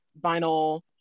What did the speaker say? vinyl